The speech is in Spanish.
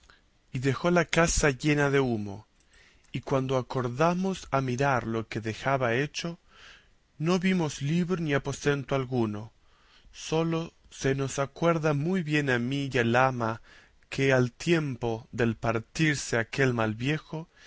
y dejó la casa llena de humo y cuando acordamos a mirar lo que dejaba hecho no vimos libro ni aposento alguno sólo se nos acuerda muy bien a mí y al ama que al tiempo del partirse aquel mal viejo